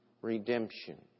redemption